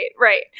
right